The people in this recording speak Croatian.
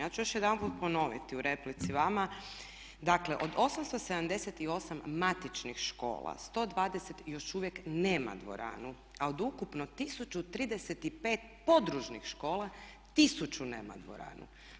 Ja ću još jedanput ponoviti u replici vama dakle od 878 matičnih škola 120 još uvijek nema dvoranu, a od ukupno 1035 područnih škola 1000 nema dvoranu.